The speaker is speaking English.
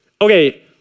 Okay